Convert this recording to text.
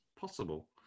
possible